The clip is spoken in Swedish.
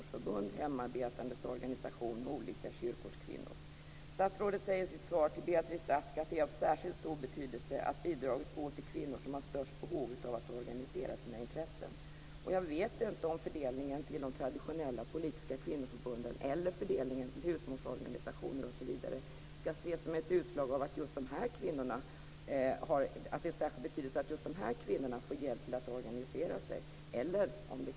Därför vore en spännande lösning att se om man skall släppa in andra organisationer än de traditionella kvinnoorganisationerna att söka stödet, så att också fler män blir aktiva i diskussionen att driva kvinnors frågor framåt. Reglerna om stödet till kvinnoorganisationerna är från 1982. Det har gjorts vissa förändringar under årens lopp för att få stödet mer projektinriktat än tidigare. Men det är självständiga organisationer som får stöd. Villkoren är strikt uppställda. Min uppfattning är att reglerna skall följas så länge reglerna finns.